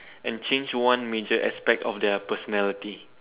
and change one major aspect of their personality